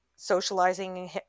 Socializing